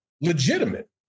legitimate